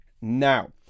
Now